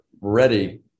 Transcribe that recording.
ready